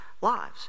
lives